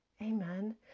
Amen